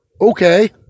Okay